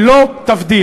היא לא תבדיל.